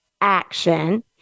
action